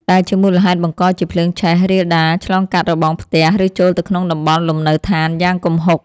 ដែលជាមូលហេតុបង្កជាភ្លើងឆេះរាលដាលឆ្លងកាត់របងផ្ទះ ឬចូលទៅក្នុងតំបន់លំនៅដ្ឋានយ៉ាងគំហុក។